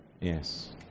Yes